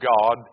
God